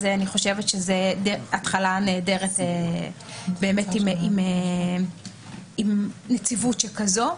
אני חושבת שזו התחלה נהדרת עם נציבות כזאת,